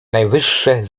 najwyższe